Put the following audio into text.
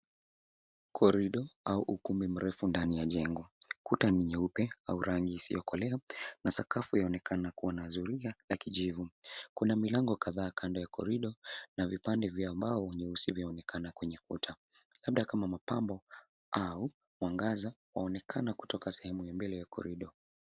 Corridor au ukumbi mrefu ndani ya jengo. Kuta ni nyeupe au rangi isiyokolea na sakafu yaonekana kuwa na zulia la kijivu. Kuna milango kadhaa kando ya corridor na vipande vya mbao nyeusi vyaonekana kwenye kuta labda kama mapambo au mwangaza waonekana kutoka sehemu ya mbele ya corridor .